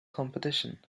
competition